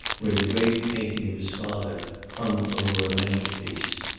where the great painting of his father hung over a mantelpiece.